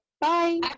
bye